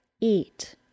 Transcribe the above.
eat